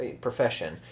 profession